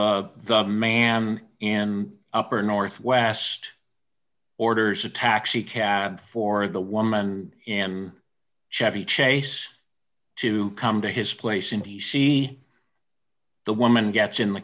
and the man in upper northwest orders a taxi cab for the woman in chevy chase to come to his place in d c the woman gets in the